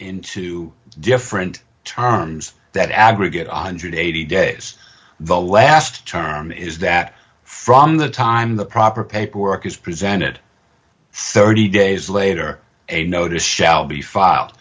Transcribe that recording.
into different terms that aggregate on one hundred and eighty days the last term is that from the time the proper paperwork is presented thirty days later a notice shall be file